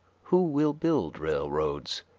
who will build railroads?